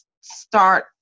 start